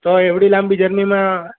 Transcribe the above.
તો એવડી લાંબી જર્નીમાં